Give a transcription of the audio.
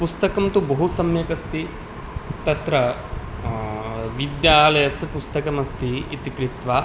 पुस्तकं तु बहुसम्यक् अस्ति तत्र विद्यालयस्य पुस्तकमस्ति इति कृत्वा